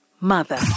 mother